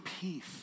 peace